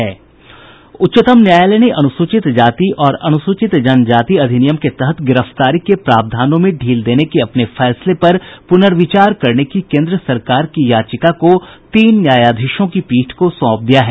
उच्चतम न्यायालय ने अनुसूचित जाति और अनुसूचित जनजाति अधिनियम के तहत गिरफ्तारी के प्रावधानों में ढील देने के अपने फैसले पर पुनर्विचार करने की केन्द्र सरकार की याचिका को तीन न्यायाधीशों की पीठ को सौंप दिया है